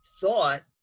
thought